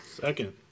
Second